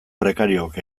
prekariook